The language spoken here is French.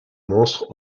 monstres